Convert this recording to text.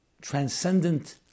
transcendent